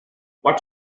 what